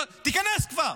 תיכנס כבר.